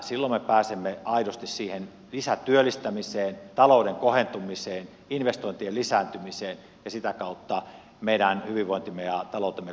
silloin me pääsemme aidosti siihen lisätyöllistämiseen talouden kohentumiseen investointien lisääntymiseen ja sitä kautta meidän hyvinvointimme ja taloutemme kohentumiseen